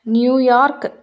New York